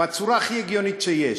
בצורה הכי הגיונית שיש.